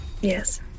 Yes